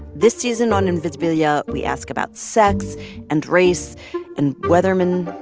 this season on invisibilia, we ask about sex and race and weathermen.